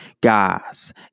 Guys